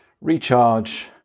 Recharge